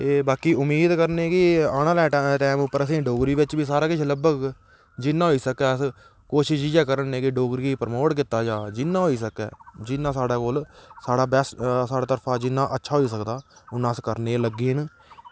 एह् बाकी उम्मीद करने की आने आह्ले टैम उप्पर असेंगी डोगरी बिच बी सारा किश लब्भग जिन्ना होई सकै अस कोशिश इयै कराने की डोगरी गी प्रमोट कीता जा जिन्ना होई सकै जिन्ना साढ़े कोल जिन्ना साढ़े कशा होई सकै उन्ना अस करने गी लग्गे दे न